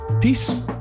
Peace